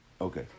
Okay